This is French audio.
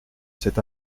cet